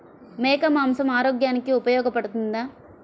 మేక మాంసం ఆరోగ్యానికి ఉపయోగపడుతుందా?